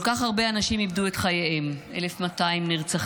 כל כך הרבה אנשים איבדו את חייהם, 1,200 נרצחים,